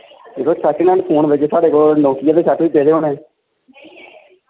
यरो second hand phone पेदे साढ़े कोल नोकिआ दे सैट बी पेदे होने